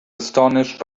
astonished